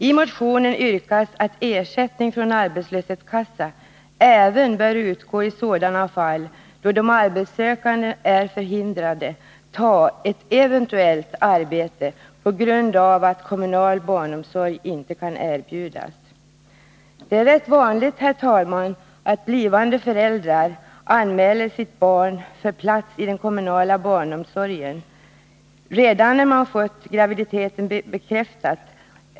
I motionen sägs att ersättning från arbetslöshetskassa även bör utgå i sådana fall då de arbetssökande är förhindrade att ta ett eventuellt erbjudet arbete på grund av att kommunal barnomsorg inte kan erbjudas. Det är rätt vanligt att blivande föräldrar anmäler sitt barn för plats i den kommunala barnomsorgen redan när man fått graviditeten bekräftad.